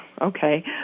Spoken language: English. Okay